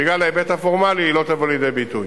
בגלל ההיבט הפורמלי, לא תבוא לידי ביטוי.